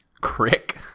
Crick